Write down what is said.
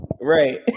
Right